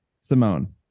simone